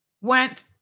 went